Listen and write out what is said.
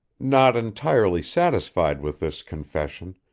not entirely satisfied with this confession,